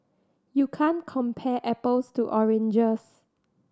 you can't compare apples to oranges